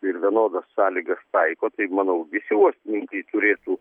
ir vienodas sąlygas taiko tai manau visi uostininkai turėtų